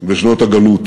בשנות הגלות,